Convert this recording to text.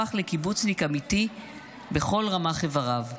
והפך לקיבוצניק אמיתי בכל רמ"ח איבריו.